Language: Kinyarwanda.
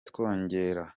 twongera